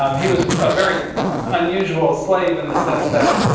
um he was a very unusual slave in the sense that,